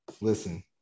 Listen